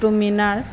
Qutub Minar